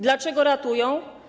Dlaczego ratują?